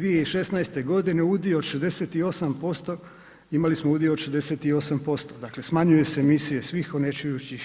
2016. g. udio 68%, imali smo udio od 68%, dakle smanjuju se emisije svih